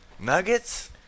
Nuggets